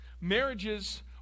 marriages